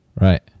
right